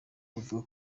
bavuga